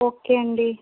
ఓకేనండి